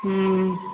हुँ